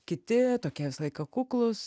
kiti tokie visą laiką kuklūs